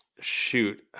Shoot